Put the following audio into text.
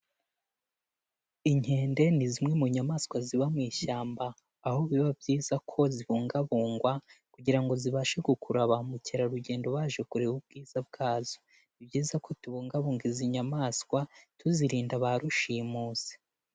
Inkende ni zimwe mu nyamaswa ziba mu ishyamba, aho biba byiza ko zibungabungwa kugira ngo zibashe gukurura bamukerarugendo baje kureba ubwiza bwazo. Ni byiza ko tubungabunga izi nyamaswa, tuzirinda barushimusi.